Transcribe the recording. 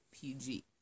pg